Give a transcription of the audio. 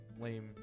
lame